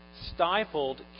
stifled